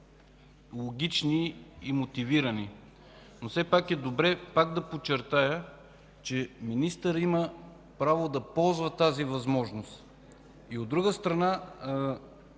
логични и мотивирани. Все пак добре е, пак да подчертая, че министърът има право да ползва тази възможност. От друга страна,